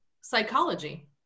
psychology